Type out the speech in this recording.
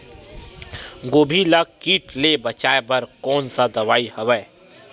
गोभी ल कीट ले बचाय बर कोन सा दवाई हवे?